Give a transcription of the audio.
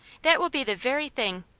that will be the very thing.